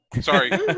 Sorry